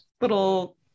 little